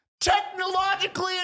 technologically